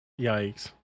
Yikes